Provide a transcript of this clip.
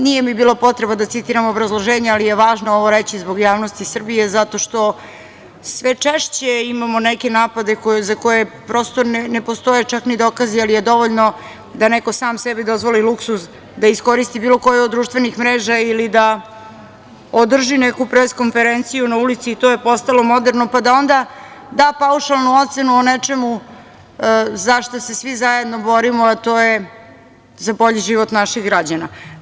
Nije mi bila potreba da citiram obrazloženje, ali je važno ovo reći zbog javnosti Srbije, zato što sve češće imamo neke napade za koje prosto ne postoje čak ni dokazi, ali je dovoljno da neko sam sebi dozvoli luksuz da iskoristi bilo koju od društvenih mreža ili da održi neku pres konferenciju na ulici, i to je postalo moderno, pa da onda da paušalnu ocenu o nečemu za šta se svi zajedno borimo, a to je za bolji život naših građana.